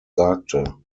sagte